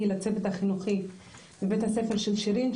היא לצוות החינוכי בבית הספר של שירין,